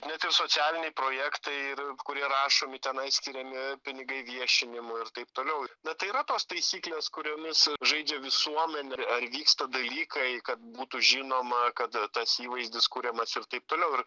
net ir socialiniai projektai ir kurie rašomi tenai skiriami pinigai viešinimui ir taip toliau bet tai yra tos taisyklės kuriomis žaidžia visuomenė ar vyksta dalykai kad būtų žinoma kada tas įvaizdis kuriamas ir taip toliau ir